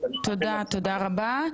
תודה רבה.